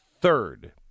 third